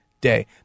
Day